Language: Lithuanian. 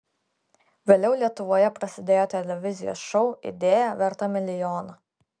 vėliau lietuvoje prasidėjo televizijos šou idėja verta milijono